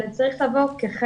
אלא זה צריך לבוא כחלק,